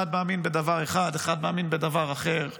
אחד מאמין בדבר אחד, אחד מאמין בדבר אחר.